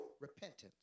repentance